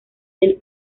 del